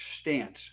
stance